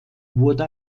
wurde